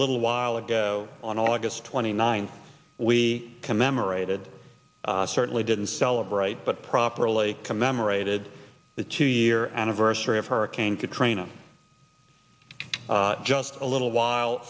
little while ago on august twenty ninth we commemorated certainly didn't celebrate but properly commemorated the two year anniversary of hurricane katrina just a little while